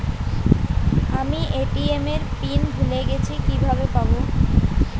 আমি এ.টি.এম এর পিন ভুলে গেছি কিভাবে পাবো?